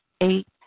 Eight